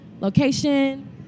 location